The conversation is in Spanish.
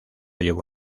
llevó